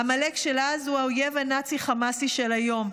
העמלק של אז הוא האויב הנאצי-חמאסי של היום.